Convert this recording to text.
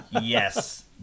Yes